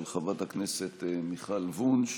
של חברת הכנסת מיכל וונש,